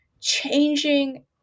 changing